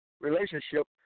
relationship